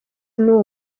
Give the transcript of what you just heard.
n’uwo